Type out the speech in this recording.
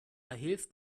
hilft